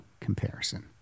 comparison